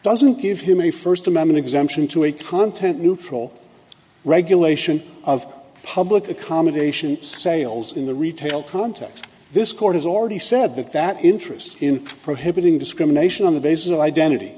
doesn't give him a first amendment exemption to a content neutral regulation of public accommodation sales in the retail context this court has already said that that interest in prohibiting discrimination on the basis of identity